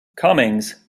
cummings